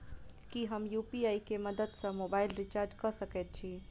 की हम यु.पी.आई केँ मदद सँ मोबाइल रीचार्ज कऽ सकैत छी?